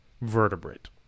vertebrate